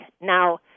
Now